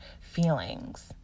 feelings